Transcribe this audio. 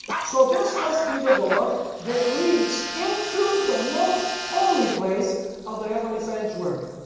so this must be the door that leads into the most holy place of the heavenly sanctuary.